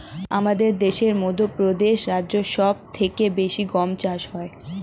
আমাদের দেশে মধ্যপ্রদেশ রাজ্যে সব থেকে বেশি গম চাষ হয়